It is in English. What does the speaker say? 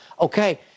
Okay